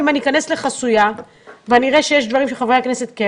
אם אני אכנס לחסויה ואני אראה שיש דברים שחברי הכנסת כן יכולים,